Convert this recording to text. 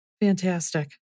Fantastic